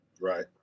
Right